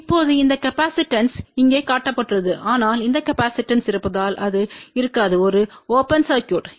இப்போது இந்த காப்பாசிட்டன்ஸ் இங்கே காட்டப்பட்டுள்ளது ஆனால் அந்த காப்பாசிட்டன்ஸ் இருப்பதால் அது இருக்காது ஒரு ஓபன் சர்க்யூட்